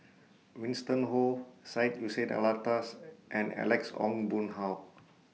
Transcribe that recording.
Winston Oh Syed Hussein Alatas and Alex Ong Boon Hau